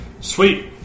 Sweet